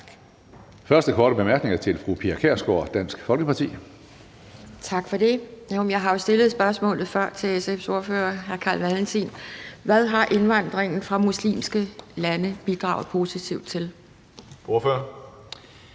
første korte bemærkning er til fru Pia Kjærsgaard, Dansk Folkeparti. Kl. 11:43 Pia Kjærsgaard (DF): Tak for det. Jeg har jo før stillet spørgsmålet til SF's ordfører, hr. Carl Valentin: Hvad har indvandringen fra muslimske lande bidraget positivt til? Kl.